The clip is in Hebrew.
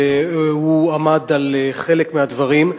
והוא עמד על חלק מהדברים.